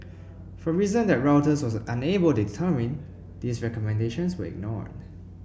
for reason that Reuters was unable determine these recommendations were ignored